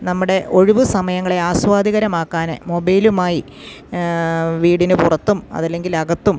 നമ്മുടെ ഒഴിവ് സമയങ്ങളെ ആസ്വാദികരമാക്കാൻ മൊബൈലുമായി വീടിന് പുറത്തും അതല്ലെങ്കിൽ അകത്തും